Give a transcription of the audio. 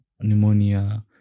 pneumonia